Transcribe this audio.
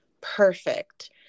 perfect